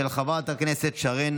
של חברת הכנסת שרן